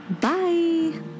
Bye